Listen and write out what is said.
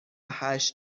هشت